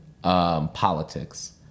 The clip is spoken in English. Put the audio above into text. Politics